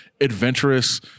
adventurous